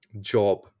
job